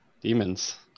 demons